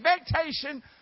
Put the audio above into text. expectation